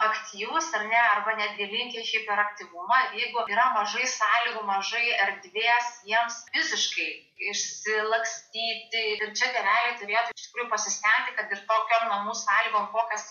aktyvūs ar ne arba netgi linkę hiperaktyvumą ir jeigu yra mažai sąlygų mažai erdvės jiems visiškai išsilakstyti ir čia tėveliai turėtų turi pasistengti kad ir tokiom namų sąlygom kokios